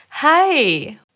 Hi